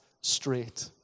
straight